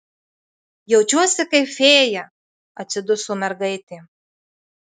jaučiuosi kaip fėja atsiduso mergaitė